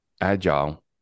Agile